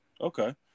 Okay